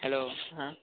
hello ਹਾਂ